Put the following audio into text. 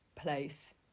place